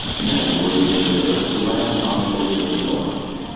men were leaving the earth to land on the ocean of storms.